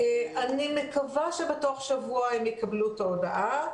אני מקווה שבתוך שבוע הם יקבלו את ההודעה.